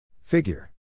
Figure